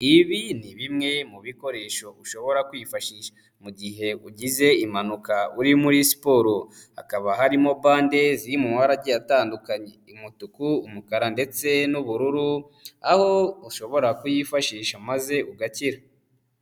Ibi ni bimwe mu bikoresho ushobora kwifashisha, mu gihe ugize impanuka uri muri siporo. Hakaba harimo bande ziri mu mabara agiye atandukanye. Umutuku, umukara ndetse n'ubururu, aho ushobora kuyifashisha maze ugakira.